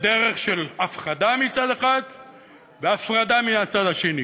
בדרך של הפחדה מצד אחד והפרדה מהצד שני,